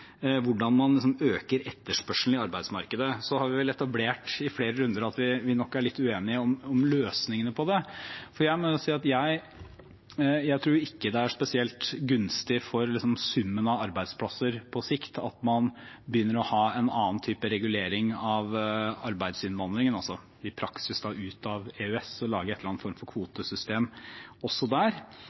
hvordan man øker etterspørselen i arbeidsmarkedet. Vi har vel etablert i flere runder at vi nok er litt uenige om løsningene på det. Jeg tror ikke det er spesielt gunstig for summen av arbeidsplasser på sikt at man begynner å ha en annen type regulering av arbeidsinnvandringen – i praksis da at man går ut av EØS og lager en eller annen form for kvotesystem også der.